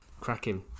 Cracking